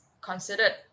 considered